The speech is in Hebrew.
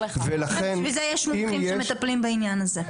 בשביל זה יש מומחים שמטפלים בעניין הזה.